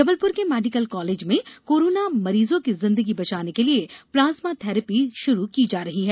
जबलुपर के medical college में corona मरीजों की जिंदगी बचाने के लिए प्लाज्मा थेरेपी शुरू की जा रही है